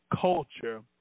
culture